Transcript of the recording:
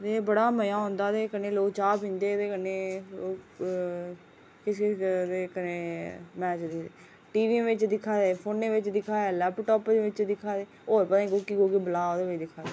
बड़ा मजा औदा ते कन्नै लोग चाह् पींदे ते कन्नै टी वियां बिच दिक्खा दे फोनें बेच दिक्खा दे लैपटाप पर दिक्खा दे होर पता निं